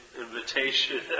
invitation